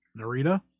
Narita